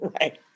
Right